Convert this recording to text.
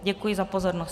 Děkuji za pozornost.